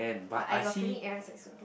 but I got feeling like everyone's so bu~